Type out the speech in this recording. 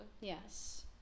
Yes